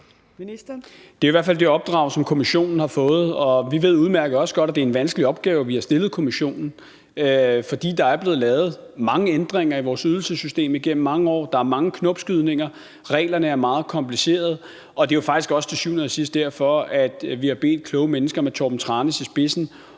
Det er i hvert fald det opdrag, som kommissionen har fået. Og vi ved udmærket også godt, at det er en vanskelig opgave, vi har stillet kommissionen, fordi der er blevet lavet mange ændringer i vores ydelsessystem igennem mange år. Der er mange knopskydninger, reglerne er meget komplicerede. Det er faktisk også til syvende og sidst derfor, vi har bedt kloge mennesker med Torben Tranæs i spidsen